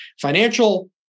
financial